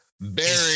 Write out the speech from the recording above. Barry